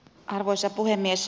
arvoisa puhemies